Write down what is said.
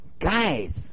guys